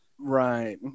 right